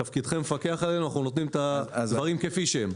תפקידכם לפקח עלינו ואנחנו נותנים את הדברים כפי שהם.